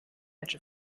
edge